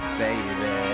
baby